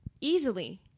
easily